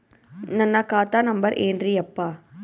ನನ್ನ ಖಾತಾ ನಂಬರ್ ಏನ್ರೀ ಯಪ್ಪಾ?